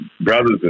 brothers